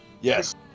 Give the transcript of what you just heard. Yes